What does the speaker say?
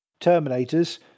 terminators